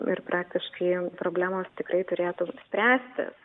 ir praktiškai problemos tikrai turėtų spręstis